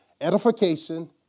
edification